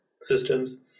systems